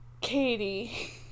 Katie